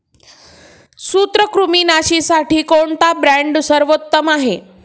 सूत्रकृमिनाशीसाठी कोणता ब्रँड सर्वोत्तम आहे?